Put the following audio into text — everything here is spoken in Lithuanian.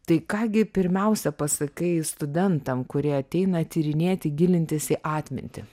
tai ką gi pirmiausia pasakai studentam kurie ateina tyrinėti gilintis į atmintį